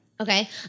Okay